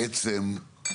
בעצם,